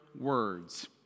words